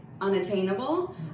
unattainable